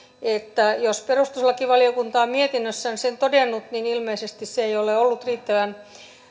että jos perustuslakivaliokunta on mietinnössään sen todennut niin ilmeisesti se ei ole ollut riittävän